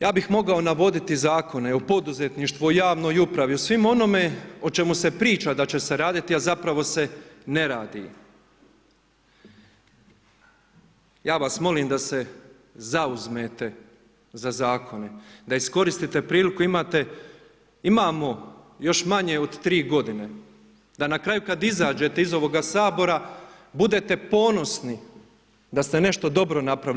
Ja bih mogao navoditi zakone o poduzetništvu, o javnoj upravi, o svemu onome o čemu se priča da će se raditi, a zapravo se ne radi. ja vas molim da se zauzmete za zakone, da iskoristite priliku da imate, imamo još manje od tri godine, da na kraju kada izađete iz ovoga Sabora budete ponosni da ste nešto dobro napravili.